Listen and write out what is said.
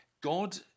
God